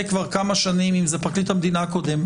כבר כמה שנים אם זה פרקליט המדינה הקודם,